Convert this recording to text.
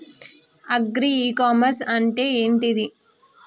Agri e commerce అంటే ఏంటిది?